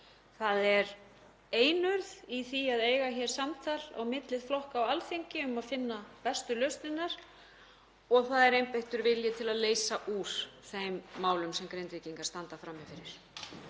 það er einurð í því að eiga hér samtal á milli flokka á Alþingi um að finna bestu lausnirnar og það er einbeittur vilji til að leysa úr þeim málum sem Grindvíkingar standa frammi